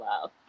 love